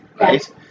right